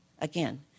again